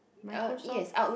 Microsoft